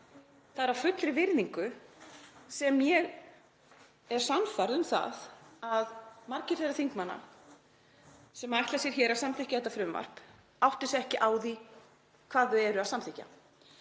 Það er af fullri virðingu sem ég er sannfærð um það að margir þeirra þingmanna sem ætla sér að samþykkja þetta frumvarp átti sig ekki á því hvað þau eru að samþykkja.